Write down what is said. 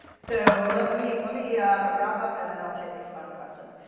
so let me let me wrap up and then i'll take final questions.